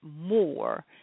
more